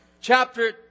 chapter